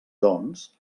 doncs